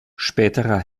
späterer